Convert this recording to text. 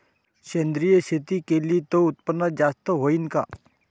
सेंद्रिय शेती केली त उत्पन्न जास्त होईन का?